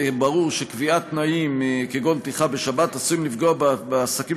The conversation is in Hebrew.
ברור שקביעת תנאים כגון פתיחה בשבת עשויה לפגוע בעסקים